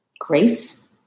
grace